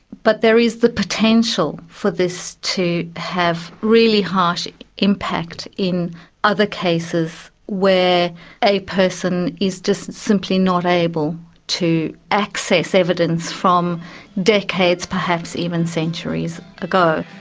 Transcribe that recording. but there is the potential for this to have really harsh impact in other cases where a person is just simply not able to access evidence from decades, perhaps even centuries ago.